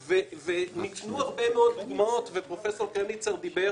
ניתנו הרבה מאוד דוגמאות ופרופסור קרמניצר דיבר